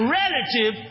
relative